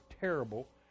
terrible